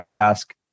ask